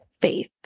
Faith